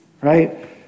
right